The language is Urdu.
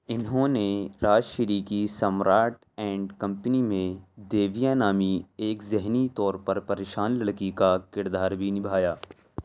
انہوں نے راج شری کی سمراٹ اینڈ کمپنی میں دیویا نامی ایک ذہنی طور پر پریشان لڑکی کا کردار بھی نبھایا